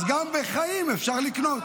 גם בחיים אפשר לקנות.